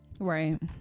Right